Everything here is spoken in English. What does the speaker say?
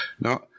Now